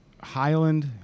Highland